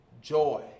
joy